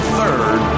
third